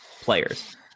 players